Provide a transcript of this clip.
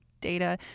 data